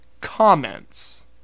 comments